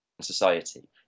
society